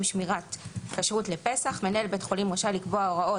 שמירת כשרות לפסח מנהל בית חולים רשאי לקבוע הוראות